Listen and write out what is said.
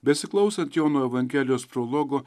besiklausant jono evangelijos prologo